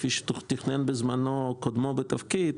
כפי שתכנן בזמנו קודמו בתפקיד,